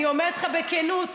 אני אומרת לך בכנות,